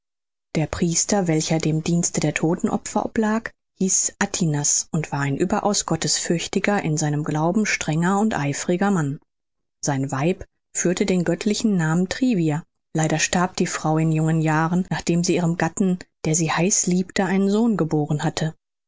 der priester welcher dem dienste der todtenopfer oblag hieß atinas und war ein überaus gottesfürchtiger in seinem glauben strenger und eifriger mann sein weib führte den göttlichen namen trivia leider starb die frau in jungen jahren nachdem sie ihrem gatten der sie heiß liebte einen sohn geboren hatte